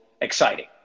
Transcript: exciting